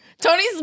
Tony's